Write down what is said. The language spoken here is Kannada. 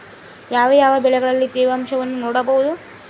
ಯಾವ ಯಾವ ಬೆಳೆಗಳಲ್ಲಿ ತೇವಾಂಶವನ್ನು ನೋಡಬಹುದು?